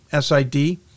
SID